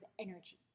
energy